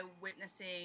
witnessing